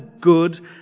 good